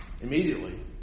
immediately